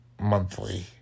monthly